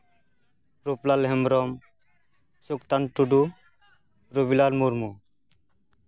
ᱨᱩᱯᱞᱟᱞ ᱦᱮᱢᱵᱨᱚᱢ ᱥᱩᱯᱛᱟᱝ ᱴᱩᱰᱩ ᱨᱩᱵᱤᱞᱟᱞ ᱢᱩᱨᱢᱩ